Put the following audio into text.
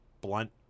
Blunt